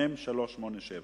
מ/387,